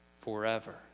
forever